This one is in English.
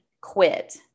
quit